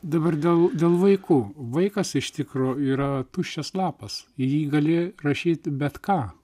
dabar dėl dėl vaikų vaikas iš tikro yra tuščias lapas į jį gali rašyt bet ką